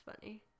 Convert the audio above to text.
funny